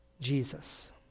Jesus